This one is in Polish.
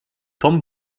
tom